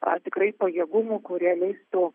ar tikrai pajėgumų kurie leistų